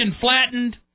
flattened